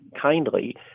kindly